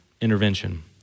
intervention